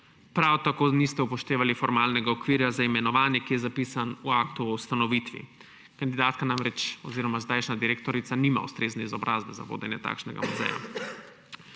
Prav tako niste upoštevali formalnega okvira za imenovanje, ki je zapisan v aktu o ustanovitvi. Kandidatka oziroma zdajšnja direktorica namreč nima ustrezne izobrazbe za vodenje takšnega muzeja.